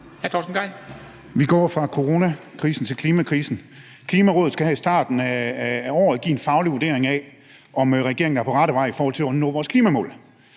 Vi går fra coronakrisen til klimakrisen. Klimarådet skal her i starten af året give en faglig vurdering af, om regeringen er på rette vej i forhold til at nå vores klimamål.